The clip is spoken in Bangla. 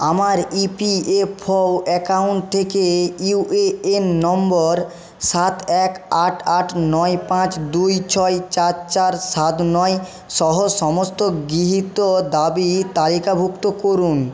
আমার E P F O account থেকে ইউ এ এন নম্বর সাত এক আট আট নয় পাঁচ দুই ছয় চার চার সাত নয় সহ সমস্ত গৃহীত দাবি তালিকাভুক্ত করুন